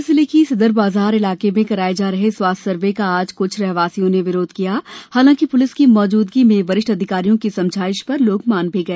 सागर जिले के सदर बाजार इलाके में कराये जा रहे स्वास्थ्य सर्वे का आज क्छ रहवासियों ने विरोध किया हालाकि प्लिस की मौजूदगी में वरिष्ठ अधिकारियों की समझाइश पर लोग मान भी गए